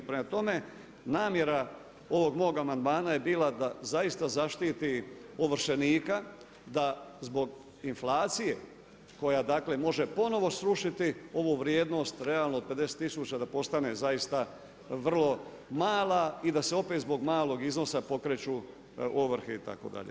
Prema tome, namjera ovog mog amandmana je bila da zaista zaštititi ovršenika, da zbog inflacije koja dakle može ponovo srušiti ovu vrijednost realno 50000, da postane zaista vrlo mala i da se opet zbog malog iznosa pokreću ovrhe itd.